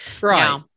Right